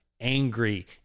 angry